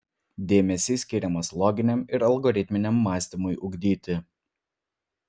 dėmesys skiriamas loginiam ir algoritminiam mąstymui ugdyti